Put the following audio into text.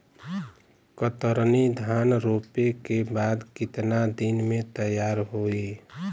कतरनी धान रोपे के बाद कितना दिन में तैयार होई?